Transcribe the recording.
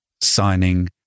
signing